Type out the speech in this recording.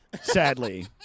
sadly